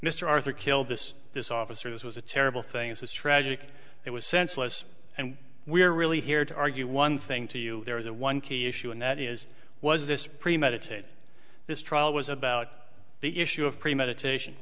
mr arthur killed this this officer this was a terrible things this tragic it was senseless and we are really here to argue one thing to you there was one key issue and that is was this premeditated this trial was about the issue of premeditation